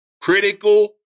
critical